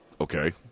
okay